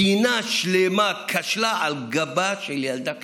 מדינה שלמה כשלה על גבה של ילדה קטנה.